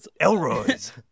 Elroy's